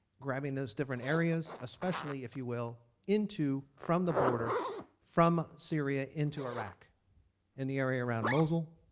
grabbing those different areas especially if you will into from the border from syria into iraq in the area around mosul,